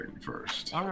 first